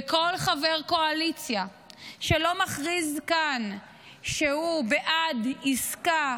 וכל חבר קואליציה שלא מכריז כאן שהוא בעד עסקה,